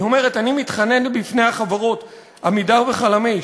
היא אומרת: אני מתחננת בפני החברות "עמידר" ו"חלמיש",